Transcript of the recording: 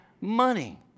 money